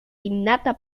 innata